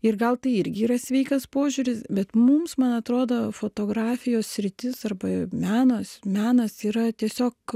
ir gal tai irgi yra sveikas požiūris bet mums man atrodo fotografijos sritis arba menas menas yra tiesiog